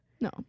No